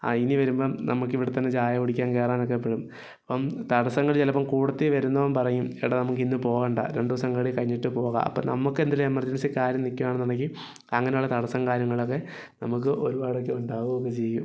ആ ഇനി വരുമ്പം നമുക്ക് ഇവിടെ തന്നെ ചായ കുടിക്കാൻ കയറാനൊക്കെ എപ്പഴും അപ്പം തടസ്സങ്ങൾ ചിലപ്പോൾ കൂട്ടത്തിൽ വരുന്നവൻ പറയും എടാ നമുക്ക് ഇന്ന് പോകണ്ട രണ്ട് ദിവസം കൂടി കഴിഞ്ഞിട്ട് പോകാം അപ്പോൾ നമുക്ക് എന്തേലും എമർജൻസി കാര്യം നിൽക്കുവാണെന്ന് ഉണ്ടെങ്കിൽ അങ്ങനെ ഉള്ള തടസം കാര്യങ്ങളൊക്കെ നമുക്ക് ഒരുപാടൊക്കെ ഉണ്ടാവുക ഒക്കെ ചെയ്യും